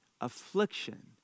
affliction